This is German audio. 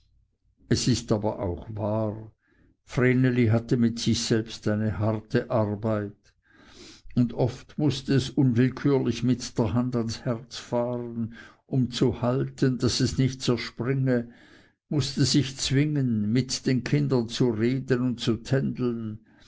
es ist aber auch wahr vreneli hatte mit sich selbst eine harte arbeit und oft mußte es unwillkürlich mit der hand ans herz fahren um es zu halten daß es nicht zerspringe mußte sich zwingen mit den kindern zu reden und zu tändeln